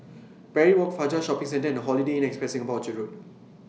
Parry Walk Fajar Shopping Centre and Holiday Inn Express Singapore Orchard Road